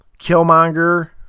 Killmonger